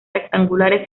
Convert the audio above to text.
rectangulares